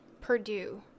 Purdue